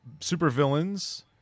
supervillains